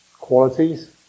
qualities